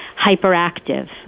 hyperactive